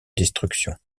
destruction